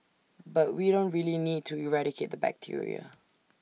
but we don't really need to eradicate the bacteria